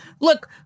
look